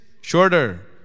shorter